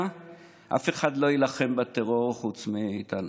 אף אחד לא יילחם בטרור חוץ מאיתנו,